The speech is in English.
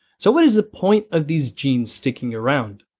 so what is the point of these genes sticking around?